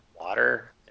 water